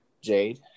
Jade